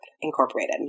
Incorporated